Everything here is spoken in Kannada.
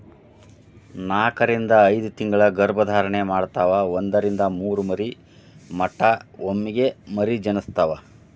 ನಾಕರಿಂದ ಐದತಿಂಗಳ ಗರ್ಭ ಧಾರಣೆ ಮಾಡತಾವ ಒಂದರಿಂದ ಮೂರ ಮರಿ ಮಟಾ ಒಮ್ಮೆಗೆ ಮರಿ ಜನಸ್ತಾವ